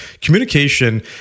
Communication